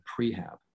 prehab